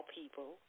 people